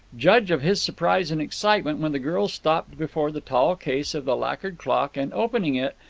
judge of his surprise and excitement, when the girl stopped before the tall case of the lacquered clock and, opening it,